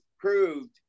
proved